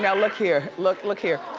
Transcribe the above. yeah look here. look look here.